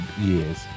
years